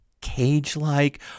cage-like